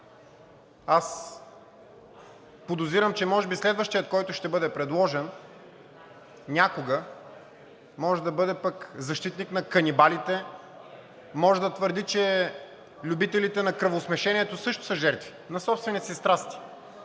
Аз подозирам, че може би следващият, който ще бъде предложен някога, може да бъде пък защитник на канибалите, може да твърди, че любителите на кръвосмешението също са жертви на собствените си страсти.